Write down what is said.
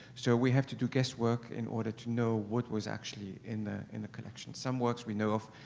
so we have to do guess work in order to know what was actually in the in the collection. some works we know of,